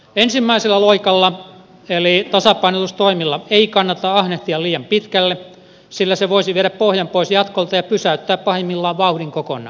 ensimmäisellä loikalla eli tasapainotustoimilla ei kannata ahnehtia liian pitkälle sillä se voisi viedä pohjan pois jatkolta ja pysäyttää pahimmillaan vauhdin kokonaan